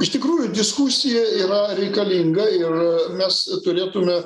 iš tikrųjų diskusija yra reikalinga ir mes turėtume